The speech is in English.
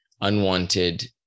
unwanted